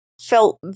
felt